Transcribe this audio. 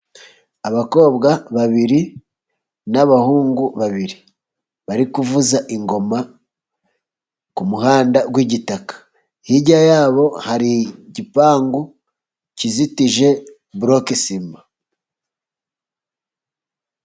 Abakobwa babiri n'abahungu babiri, bari kuvuza ingoma ku muhanda w'igitaka, hirya yabo hari igipangu kizitije boroke sima.